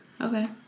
Okay